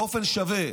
באופן שווה.